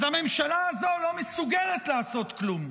אז הממשלה הזו לא מסוגלת לעשות כלום,